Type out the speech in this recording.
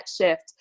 shift